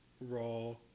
Raw